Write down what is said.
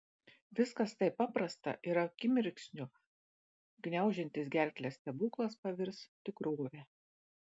viskas taip paprasta ir akimirksniu gniaužiantis gerklę stebuklas pavirs tikrove